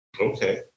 Okay